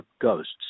ghosts